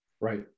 Right